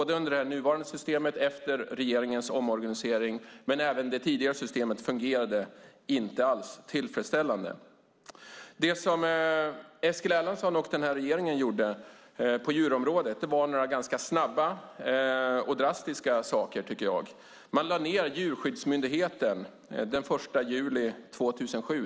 Det gäller med det nuvarande systemet efter regeringens omorganisering, men även det tidigare systemet fungerade inte alls tillfredsställande. Det som Eskil Erlandsson och regeringen gjorde på djurområdet var några ganska snabba och drastiska saker. Man lade ned Djurskyddsmyndigheten den 1 juli 2007.